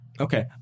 okay